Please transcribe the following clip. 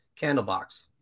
Candlebox